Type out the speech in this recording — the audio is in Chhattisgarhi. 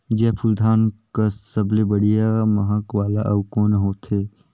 जीराफुल धान कस सबले बढ़िया महक वाला अउ कोन होथै?